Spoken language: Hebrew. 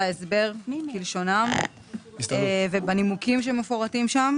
ההסבר כלשונם והנימוקים שמפורטים שם.